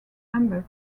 amber